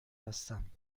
هستم